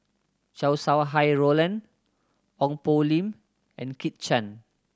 Chow Sau Hai Roland Ong Poh Lim and Kit Chan